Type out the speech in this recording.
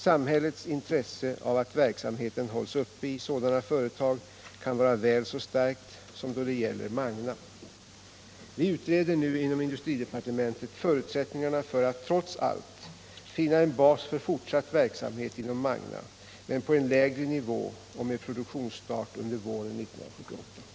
Samhällets intresse av att verksamheten hålls uppe i sådana företag kan vara väl så starkt som då det gäller Magna. Vi utreder nu inom industridepartementet förutsättningarna för att trots allt finna en bas för fortsatt verksamhet inom Magna men på en lägre nivå och med produktionsstart under våren 1978.